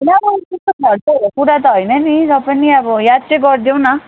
होइन अब त्यस्तो खर्चहरूको कुरा त होइन नि र पनि अब याद चाहिँ गरिदेऊ न